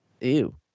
Ew